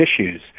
issues